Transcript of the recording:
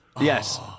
Yes